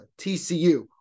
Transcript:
TCU